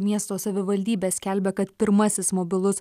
miesto savivaldybė skelbia kad pirmasis mobilus